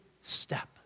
step